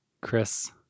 Chris